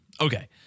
Okay